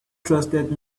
trusted